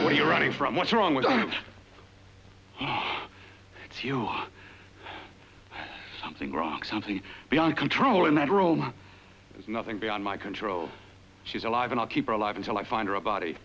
them are you running from what's wrong with them it's you something wrong something beyond control in that room there's nothing beyond my control she's alive and i'll keep her alive until i find her a body